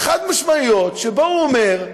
חד-משמעיות שבהן הוא אומר,